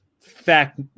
fact